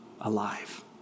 alive